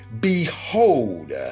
Behold